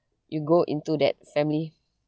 you go into that family